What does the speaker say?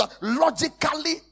logically